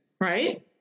right